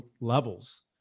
levels